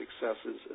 successes